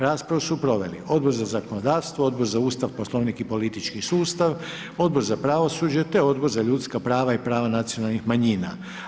Raspravu su proveli Odbor za zakonodavstvo, Odbor za Ustav, Poslovnik i politički sustav, Odbor za pravosuđe te Odbor za ljudska prava i prava nacionalnih manjina.